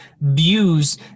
views